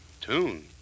Tune